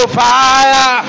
fire